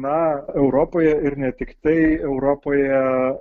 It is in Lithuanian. na europoje ir ne tiktai europoje